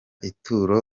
ituro